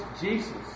Jesus